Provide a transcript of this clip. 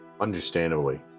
Understandably